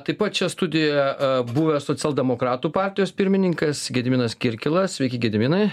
taip pat čia studija buvęs socialdemokratų partijos pirmininkas gediminas kirkilas sveiki gediminai